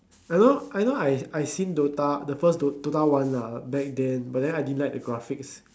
I know I know I I seen dota the first do~ dota one lah back then but then I didn't like the graphics